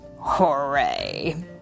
hooray